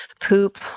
poop